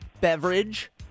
beverage